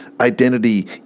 identity